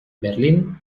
berlín